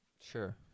Sure